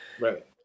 Right